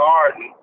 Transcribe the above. Garden